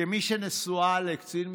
כמי שנשואה לקצין משטרה,